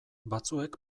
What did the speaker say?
batzuek